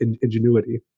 Ingenuity